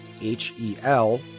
H-E-L